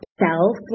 self